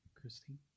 Christine